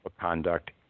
conduct